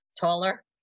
taller